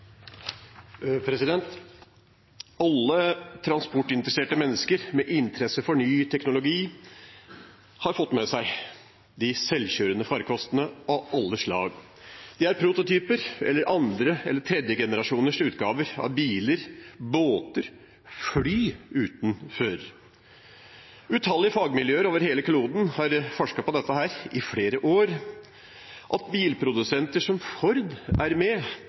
Alle transportinteresserte mennesker med interesse for ny teknologi har fått med seg de selvkjørende farkostene av alle slag. De er prototyper – eller andre- eller tredjegenerasjonsutgaver – av biler, båter, fly uten fører. Utallige fagmiljøer over hele kloden har forsket på dette i flere år. At bilprodusenter som Ford er med,